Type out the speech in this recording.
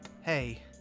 Hey